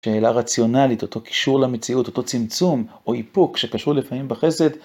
שאלה רציונלית, אותו קישור למציאות, אותו צמצום או איפוק שקשור לפעמים בחסד.